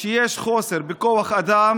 שיש חוסר בכוח אדם,